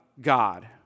God